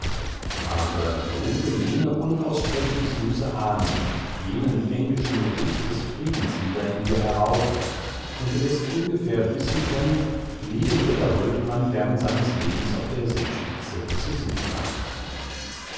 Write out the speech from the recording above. aber rufe jene unaussprechlich süße ahnung jenen englischen gruß des friedens wieder in dir herauf und du wirst ungefähr wissen können wie dem ritter huldbrand während seines lebens auf der seespitze zu sinne war